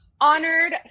honored